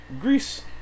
Greece